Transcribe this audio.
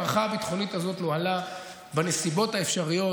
המערכה הביטחונית הזו נוהלה בנסיבות האפשריות,